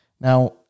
Now